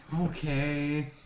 Okay